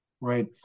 right